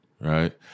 right